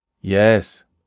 Yes